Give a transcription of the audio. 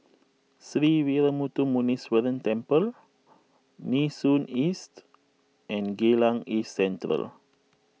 Sree Veeramuthu Muneeswaran Temple Nee Soon East and Geylang East Central